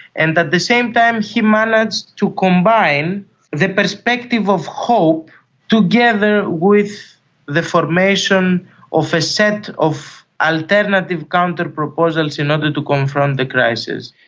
and at the same time he managed to combine the perspective of hope together with the formation of a set of alternative counterproposals in order to confront the crisis.